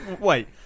Wait